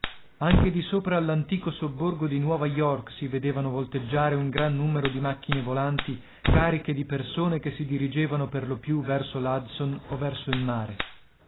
anche di sopra all'antico sobborgo di nuova york si vedevano volteggiare un gran numero di macchine volanti cariche di persone che si dirigevano per lo più verso l'hudson o verso il mare